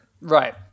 Right